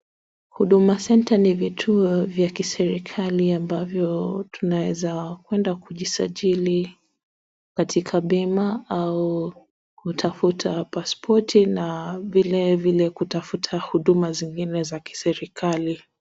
Huduma Centre ni vituo vya kiserikali ambavyo tunaaza enda kujisajili katika bima au kutafuta pasipoti na vile vile kutafuta huduma zingine za kiserekali.